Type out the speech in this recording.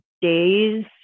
days